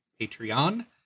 Patreon